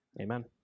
Amen